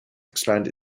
expand